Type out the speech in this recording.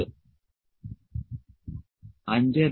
ഇത് 5